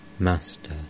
Master